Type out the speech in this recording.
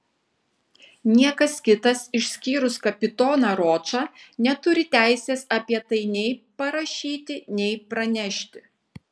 niekas kitas išskyrus kapitoną ročą neturi teisės apie tai nei parašyti nei pranešti